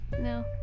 no